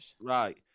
Right